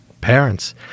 parents